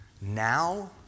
now